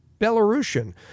Belarusian